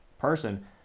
person